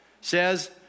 says